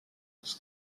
dels